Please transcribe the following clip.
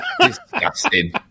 Disgusting